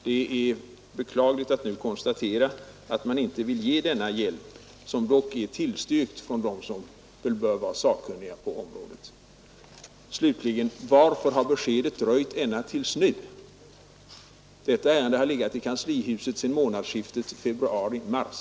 Det är beklagligt att nu nödgas konstatera att man inte vill ge denna hjälp, som dock är tillstyrkt av dem som väl bör vara sakkunniga på området. Slutligen: Varför har beskedet dröjt ända till nu? Detta ärende har legat i kanslihuset sedan månadsskiftet februari-mars.